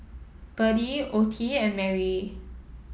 Berdie Ottie and Merry